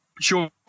Sure